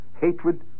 hatred